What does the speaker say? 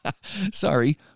Sorry